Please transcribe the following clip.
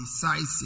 decisive